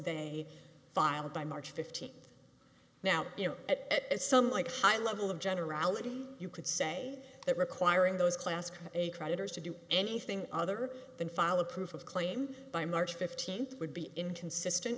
they filed by march fifteenth now you know at some like high level of generality you could say that requiring those class a creditors to do anything other than file a proof of claim by march fifteenth would be inconsistent